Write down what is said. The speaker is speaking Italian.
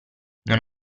non